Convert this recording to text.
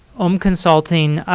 om consulting,